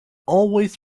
always